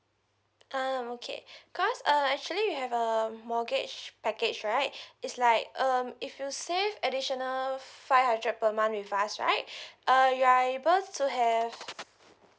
um okay because uh actually we have a mortgage package right it's like um if you save additional five hundred per month with us right uh you are able so have